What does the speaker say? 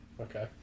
Okay